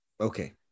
Okay